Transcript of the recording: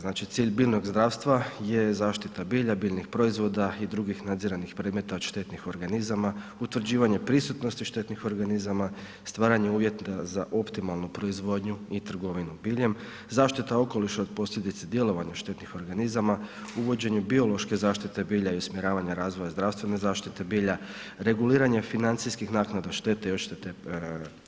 Znači cilj biljnog zdravstva je zaštita bilja, biljnih proizvoda i drugih nadziranih predmeta od štetnih organizama, utvrđivanja prisutnosti štetnih organizama, stvaranje uvjeta za optimalnu proizvodnju i trgovinu biljem, zaštita okoliša od posljedica djelovanja štetnih organizama, uvođenje biološke zaštite bilja i usmjeravanja razvoja zdravstvene zaštite bilja, reguliranje financijskih naknada štete i odštete